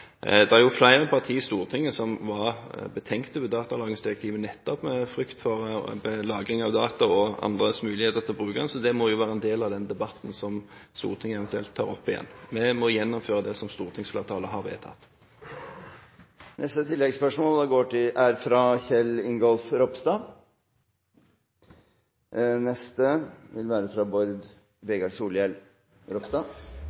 flere partier i Stortinget som var betenkt over datalagringsdirektivet, nettopp av frykt for lagring av data og andres muligheter til å bruke dem. Så det må være en del av den debatten som Stortinget eventuelt tar opp igjen. Vi må gjennomføre det som stortingsflertallet har vedtatt. Kjell Ingolf Ropstad – til oppfølgingsspørsmål. Mitt spørsmål går også til